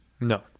No